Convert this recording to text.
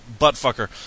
buttfucker